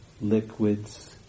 liquids